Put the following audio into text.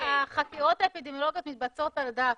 החקירות האפידמיולוגיות מתבצעות על דף,